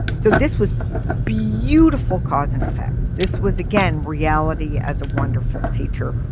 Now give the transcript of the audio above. so this was beautiful cause and effect this was again reality as a wonderful teacher.